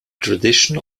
tradition